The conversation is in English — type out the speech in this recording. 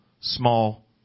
small